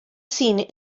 scene